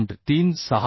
36 आहे